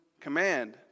command